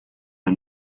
the